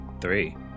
Three